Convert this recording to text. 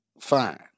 fine